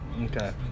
okay